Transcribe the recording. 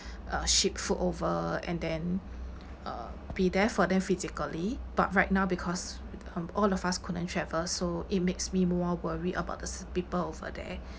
uh ship food over and then uh be there for them physically but right now because with um all of us couldn't travel so it makes me more worried about the s~ people over there